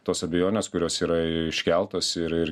tos abejonės kurios yra iškeltos ir ir